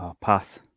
Pass